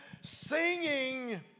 singing